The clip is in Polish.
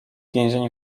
więzień